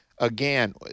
Again